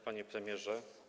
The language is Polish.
Panie Premierze!